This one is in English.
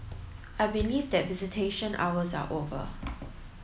I believe that visitation hours are over